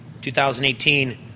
2018